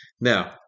Now